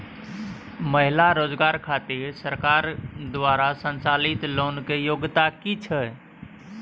महिला रोजगार खातिर सरकार द्वारा संचालित लोन के योग्यता कि छै?